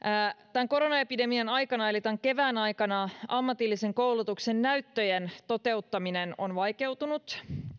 koronaepidemian aikana eli tämän kevään aikana ammatillisen koulutuksen näyttöjen toteuttaminen on vaikeutunut